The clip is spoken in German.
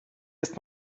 ist